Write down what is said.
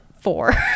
four